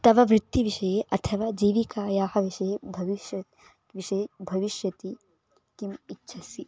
तव वृत्तेः विषये अथवा जीविकायाः विषये भविष्यविषये भविष्यति किम् इच्छसि